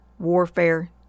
Warfare